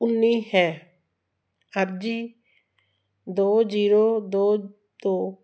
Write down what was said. ਉੱਨੀ ਹੈ ਅਰਜੀ ਦੋ ਜੀਰੋ ਦੋ ਦੋ